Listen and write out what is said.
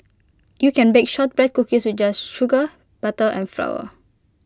you can bake Shortbread Cookies with just sugar butter and flour